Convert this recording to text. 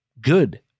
good